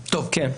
כן.